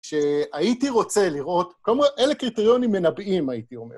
שהייתי רוצה לראות, כלומר, אלה קריטריונים מנבאים, הייתי אומר.